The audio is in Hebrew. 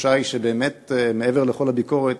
התחושה היא שמעבר לכל הביקורת,